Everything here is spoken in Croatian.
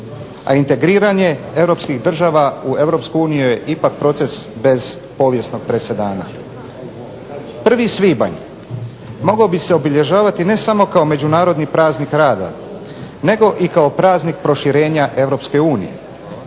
a integriranje europskih država u Europsku uniju je ipak proces bez povijesnog presedana. 1. svibanj mogao bi se obilježavati ne samo kao međunarodni Praznik rada nego i kao praznik proširenja